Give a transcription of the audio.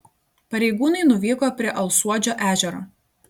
pareigūnai nuvyko prie alsuodžio ežero